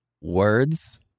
Words